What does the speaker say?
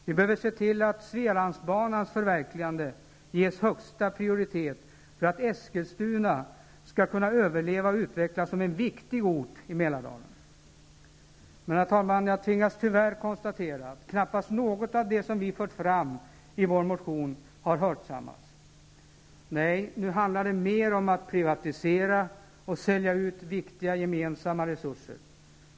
Vi behöver se till att Svealandsbanans förverkligande ges högsta prioritet för att Eskilstuna skall kunna överleva och utvecklas som en viktig ort i Herr talman! Jag tvingas tyvärr konstatera att knappast något av det som vi fört fram i vår motion har hörsammats. Nu handlar det mer om att privatisera och sälja ut viktiga gemensamma resurser.